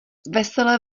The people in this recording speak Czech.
veselé